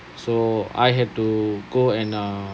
so I had to go and uh